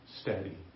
steady